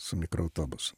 su mikroautobusu